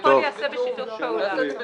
שהכול ייעשה בשיתוף פעולה.